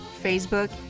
Facebook